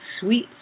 sweet